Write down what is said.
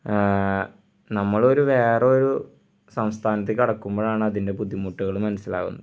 നമ്മളൊരു വേറൊരു സംസ്ഥാനത്തേക്ക് കടക്കുമ്പോഴാണ് അതിൻ്റെ ബുദ്ധിമുട്ടുകൾ മനസ്സിലാകുന്നത്